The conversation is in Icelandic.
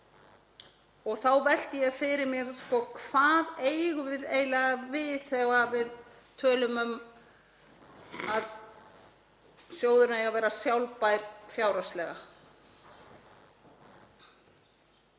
Þá velti ég fyrir mér, hvað eigum við eiginlega við þegar við tölum um að sjóðurinn eigi að vera sjálfbær fjárhagslega?